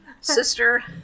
sister